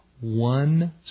one